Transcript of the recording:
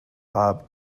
bob